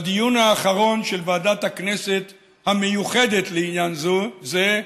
בדיון האחרון של ועדת הכנסת המיוחדת לעניין זה,